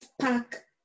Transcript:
pack